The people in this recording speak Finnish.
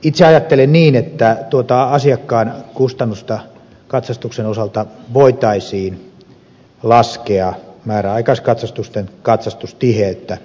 itse ajattelen niin että tuota asiakkaan kustannusta katsastuksen osalta voitaisiin laskea määräaikaiskatsastusten katsastustiheyttä muuttamalla